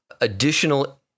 additional